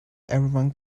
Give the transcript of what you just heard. everyone